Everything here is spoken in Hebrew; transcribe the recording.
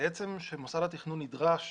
כשמוסד התכנון נדרש